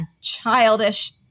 childish